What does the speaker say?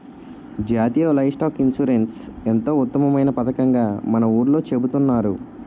జాతీయ livestock insurance ఎంతో ఉత్తమమైన పదకంగా మన ఊర్లో చెబుతున్నారు